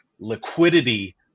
liquidity